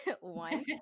one